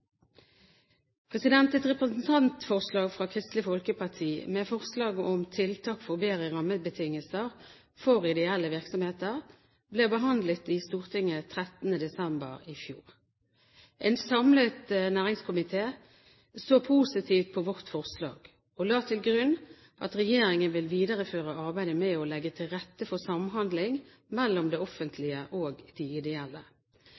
arbeid. Et representantforslag fra Kristelig Folkeparti med forslag om tiltak for bedre rammebetingelser for ideelle virksomheter ble behandlet i Stortinget 13. desember i fjor. En samlet næringskomité så positivt på vårt forslag og la til grunn at regjeringen vil videreføre arbeidet med å legge til rette for samhandling mellom det offentlige og de ideelle.